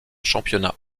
championnat